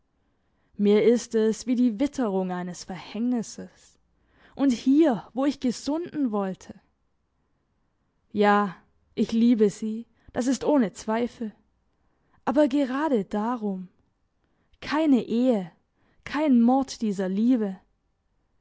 mir ist es wie die witterung eines verhängnisses und hier wo ich gesunden wollte ja ich liebe sie das ist ohne zweifel aber gerade darum keine ehe kein mord dieser liebe